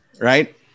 Right